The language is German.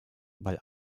weil